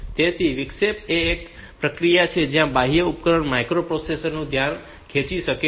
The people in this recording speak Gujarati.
તેથી વિક્ષેપ એ એક પ્રક્રિયા છે જ્યાં બાહ્ય ઉપકરણ માઇક્રો પ્રોસેસર નું ધ્યાન ખેંચી શકે છે